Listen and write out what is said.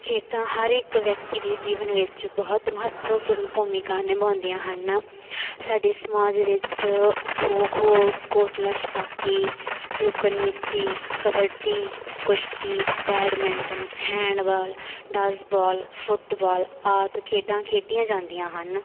ਖੇਡਾਂ ਹਰ ਇੱਕ ਵਿਅਕਤੀ ਦੇ ਜੀਵਨ ਵਿੱਚ ਬਹੁਤ ਮਹੱਤਵਪੂਰਨ ਭੂਮਿਕਾ ਨਿਭਾਉਂਦੀਆਂ ਹਨ ਸਾਡੇ ਸਮਾਜ ਵਿੱਚ ਖੋ ਖੋ ਕੋਟਲਾ ਛਪਾਕੀ ਲੁਕਣ ਮੀਚੀ ਕਬੱਡੀ ਕੁਸ਼ਤੀ ਬੈਡਮਿੰਟਨ ਹੈਂਡਬਾਲ ਡਸਬਾਲ ਫੁਟਬਾਲ ਆਦਿ ਖੇਡਾਂ ਖੇਡੀਆਂ ਜਾਂਦੀਆਂ ਹਨ